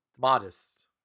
Modest